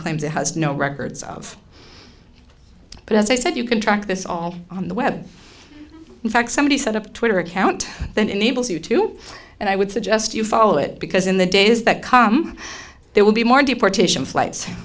claims it has no records of but as i said you can track this all on the web in fact somebody set up a twitter account that enables you to and i would suggest you follow it because in the days that come there will be more deportation flights